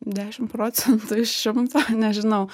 dešim procentų iš šimto nežinau